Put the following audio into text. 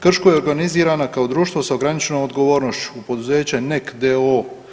Krško je organizirana kao društvo sa ograničenom odgovornošću poduzeće NEK d.o.o.